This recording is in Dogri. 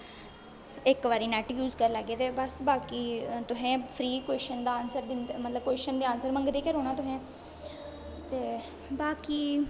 इक बारी नेट यूज करी लेगे ते बस बाकी तुसें फ्री कोशन दा आनसर मतलब कोशन दे आनसर तुसें मंगदे गै रौह्ना तुसें ते बाकी